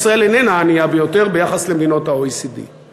ישראל איננה הענייה ביותר ביחס למדינות ה-OECD.